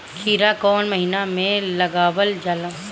खीरा कौन महीना में लगावल जाला?